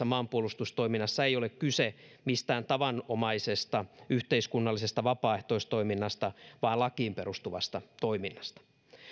maanpuolustustoiminnassa ei ole kyse mistään tavanomaisesta yhteiskunnallisesta vapaaehtoistoiminnasta vaan lakiin perustuvasta toiminnasta